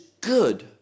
good